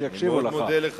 אדוני השר,